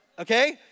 okay